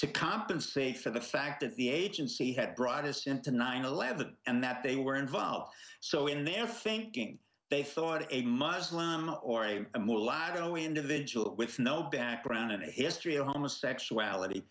to compensate for the fact that the agency had brought us into nine eleven and that they were involved so in their thinking they thought a muslim or a a mulatto individual with no background in a history of homosexuality